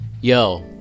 yo